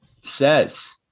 says